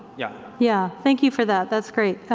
yeah, yeah. thank you for that. that's great,